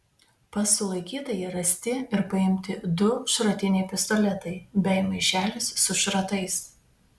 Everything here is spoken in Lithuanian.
pas sulaikytąjį rasti ir paimti du šratiniai pistoletai bei maišelis su šratais